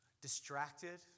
distracted